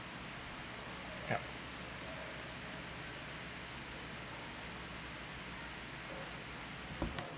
yup